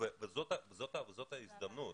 וזאת ההזדמנות.